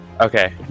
okay